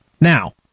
Now